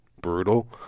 brutal